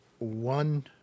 One